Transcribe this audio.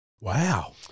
Wow